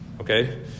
okay